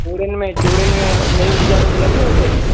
चूड़ियुनि में चूड़ियुनि में नयूं डिजाइनियूं मिलंदियूं हुते